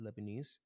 lebanese